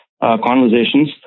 conversations